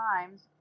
Times